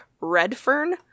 Redfern